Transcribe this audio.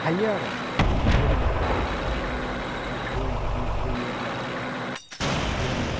हायो आरो जेन'बा गय बिजनेस होयोब्ला जोङो